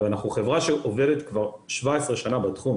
ואנחנו חברה שעובדת כבר 17 שנה בתחום.